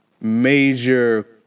major